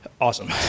Awesome